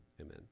Amen